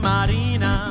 Marina